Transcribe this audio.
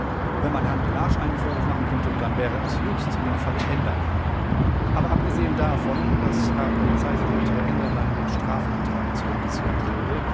wenn man herrn mellage einen vorwurf machen könnte dann wäre es höchstens in dem falle enderlein aber abgesehen sehen davon daß herr polizeisekretär enderlein den strafantrag zurückziehen würde